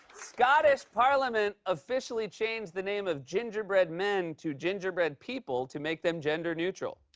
scottish parliament officially changed the name of gingerbread men to gingerbread people to make them gender-neutral.